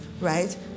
right